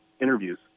interviews